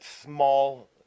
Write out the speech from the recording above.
small